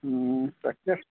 তাকে